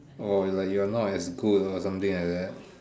or like you are not as good or something like that